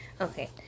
Okay